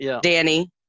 Danny